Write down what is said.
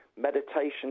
meditation